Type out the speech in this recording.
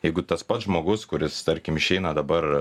jeigu tas pats žmogus kuris tarkim išeina dabar